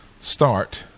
start